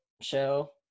show